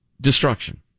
destruction